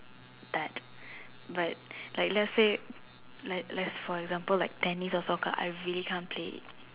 at but like let's say let's for example like tennis or soccer I really can't play